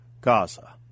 Gaza